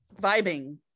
vibing